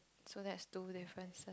so that's two difference